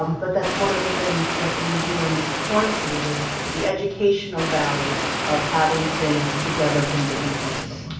um but that's one of the things that the museums point to, is the educational value of having things together from different parts of the